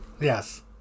Yes